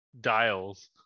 dials